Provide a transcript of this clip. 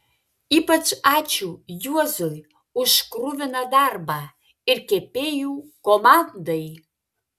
ypač ačiū juozui už kruviną darbą ir kepėjų komandai